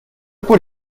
por